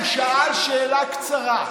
הוא שאל שאלה קצרה.